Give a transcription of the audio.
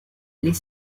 les